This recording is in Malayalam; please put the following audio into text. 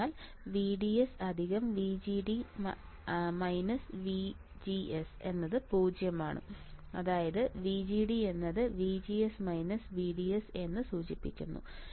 അതിനാൽ VDS VGD VGS 0 VGD VGS VDS സൂചിപ്പിക്കുന്നു